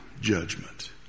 judgment